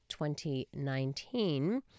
2019